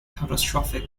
catastrophic